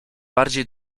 bardziej